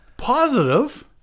Positive